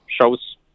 shows